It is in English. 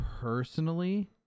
personally